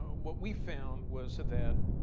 what we found was that,